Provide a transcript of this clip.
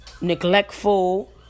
neglectful